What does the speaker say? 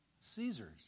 Caesar's